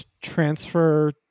transfer